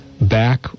Back